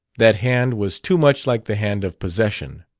that hand was too much like the hand of possession.